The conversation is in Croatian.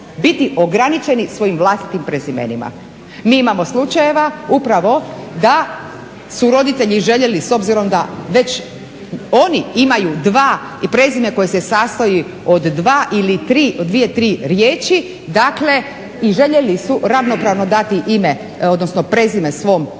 biti ograničeni svojim vlastitim prezimenima. Mi imamo slučajeva upravo da su roditelji željeli s obzirom da već oni imaju dva prezime koje se sastoji od dvije ili tri riječi dakle i željeli su ravnopravno dati ime odnosno prezime svom djetetu